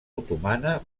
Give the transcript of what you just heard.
otomana